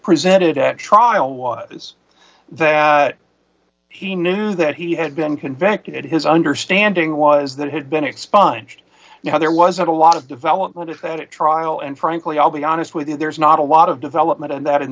presented at trial was that he knew that he had been convicted his understanding was that had been expunged you know there wasn't a lot of development if that at trial and frankly i'll be honest with you there's not a lot of development and that